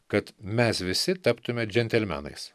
kad mes visi taptume džentelmenais